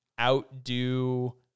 outdo